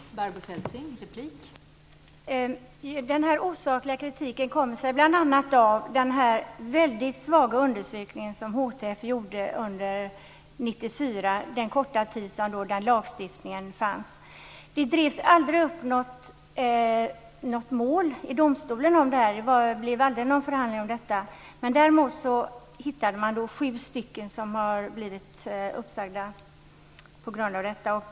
Fru talman! Den osakliga kritiken kommer sig bl.a. av den väldigt svaga undersökning som HTF gjorde under år 1994, under den korta tid som lagstiftningen fanns. Det drevs aldrig upp något mål till domstolen. Det blev aldrig någon förhandling om detta. Däremot hittade man sju personer som blivit uppsagda på grund av detta.